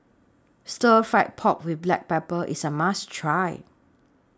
Stir Fry Pork with Black Pepper IS A must Try